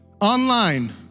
online